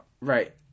Right